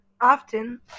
often